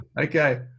okay